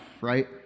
right